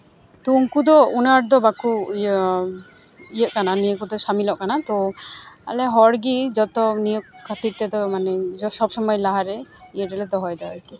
ᱛᱳ ᱩᱱᱠᱩ ᱫᱚ ᱩᱱᱟᱹᱜ ᱟᱸᱴᱫᱚ ᱩᱱᱟᱹᱜ ᱠᱚ ᱤᱭᱟᱹᱜ ᱠᱟᱱᱟᱹ ᱱᱤᱭᱟᱹ ᱠᱚᱛᱮ ᱥᱟᱹᱢᱤᱞᱚᱜ ᱠᱟᱱᱟ ᱛᱳ ᱟᱞᱮ ᱦᱚᱲᱜᱮ ᱡᱚᱛᱚ ᱱᱤᱭᱟᱹ ᱠᱚ ᱠᱷᱟᱹᱛᱤᱨ ᱛᱮᱫᱚ ᱢᱟᱱᱮ ᱥᱚᱵᱽ ᱥᱚᱢᱚᱭ ᱞᱟᱦᱟᱨᱮ ᱤᱭᱟᱹ ᱨᱮᱞᱮ ᱫᱚᱦᱚᱭᱫᱟ